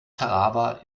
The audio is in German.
tarawa